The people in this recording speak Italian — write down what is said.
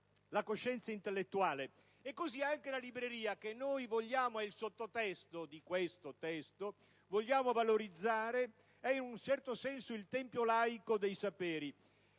la coscienza intellettuale. Così anche la libreria, che è il sottotesto di questo testo che vogliamo valorizzare, è in un certo senso il tempio laico dei saperi.